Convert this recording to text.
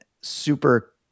super